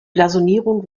blasonierung